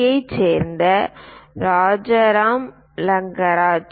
யைச் சேர்ந்த ராஜராம் லக்கராஜு